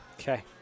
Okay